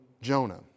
Jonah